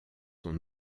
sont